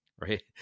right